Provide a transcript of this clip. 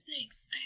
Thanks